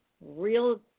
real